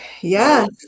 Yes